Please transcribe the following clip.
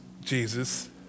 Jesus